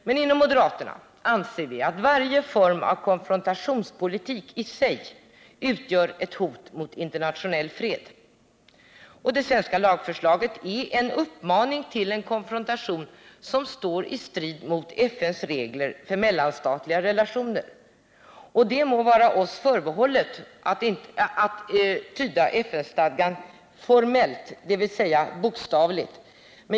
Men inom moderata samlingspartiet anser vi att varje form av konfrontationspolitik i sig utgör ett hot mot internationell fred. Och det svenska lagförslaget är en uppmaning till konfrontation som står i strid med FN:s regler för mellanstatliga relationer. Och det må vara oss förbehållet att tyda FN-stadgan formellt, dvs. bokstavligt.